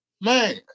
man